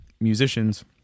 musicians